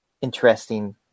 interesting